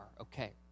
Okay